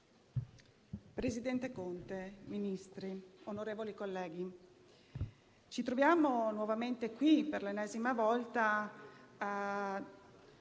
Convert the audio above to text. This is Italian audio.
Presidente Conte, Ministri, onorevoli colleghi, ci troviamo nuovamente qui, per l'ennesima volta, a